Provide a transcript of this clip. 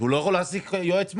שהוא לא יכול להעסיק יועץ מס.